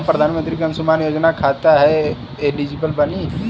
हम प्रधानमंत्री के अंशुमान योजना खाते हैं एलिजिबल बनी?